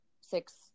six